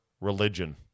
religion